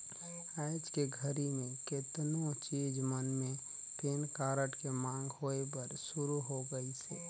आयज के घरी मे केतनो चीच मन मे पेन कारड के मांग होय बर सुरू हो गइसे